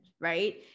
right